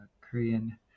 Korean